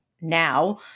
now